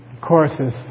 courses